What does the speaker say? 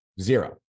Zero